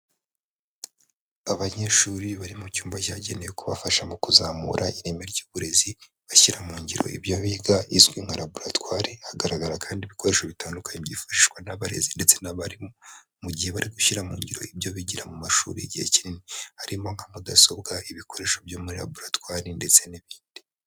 Abanyeshuri bari mu cyumba cyagenewe kubafasha mu kuzamura ireme ry'uburezi bashyira mu ngiro ibyo biga izwi nka laboratware, hagaragara kandi ibikoresho bitandukanye byifashishwa n'abarezi ndetse n'abarimu mu gihe bari gushyira mu ngiro ibyo bigira mu mashuri igihe kinini, harimo nka mudasobwa, ibikoresho byo muri laboratwari ndetse n'ibindi.